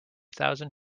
thousand